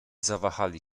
zawahali